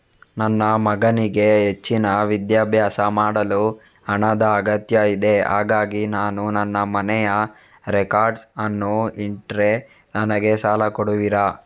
ನನ್ನ ಮಗನಿಗೆ ಹೆಚ್ಚಿನ ವಿದ್ಯಾಭ್ಯಾಸ ಮಾಡಲು ಹಣದ ಅಗತ್ಯ ಇದೆ ಹಾಗಾಗಿ ನಾನು ನನ್ನ ಮನೆಯ ರೆಕಾರ್ಡ್ಸ್ ಅನ್ನು ಇಟ್ರೆ ನನಗೆ ಸಾಲ ಕೊಡುವಿರಾ?